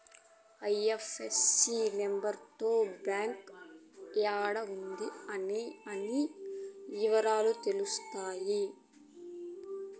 IFSC number తో ఆ bank యాడా ఉంది అనే అన్ని ఇవరాలు తెలుత్తాయి